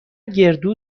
گردو